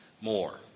more